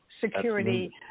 security